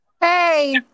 Hey